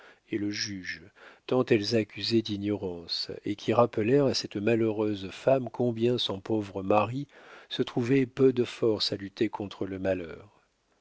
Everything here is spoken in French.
et le juge tant elles accusaient d'ignorance et qui rappelèrent à cette malheureuse femme combien son pauvre mari se trouvait peu de force à lutter contre le malheur